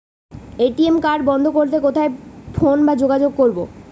ATM card বন্ধ করতে কোথায় ফোন বা যোগাযোগ করব?